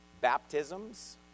baptisms